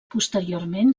posteriorment